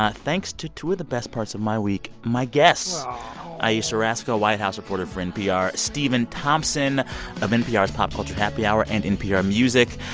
ah thanks to two of the best parts of my week, my guests aw ayesha rascoe, white house reporter for npr. stephen thompson of npr's pop culture happy hour and npr music.